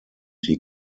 die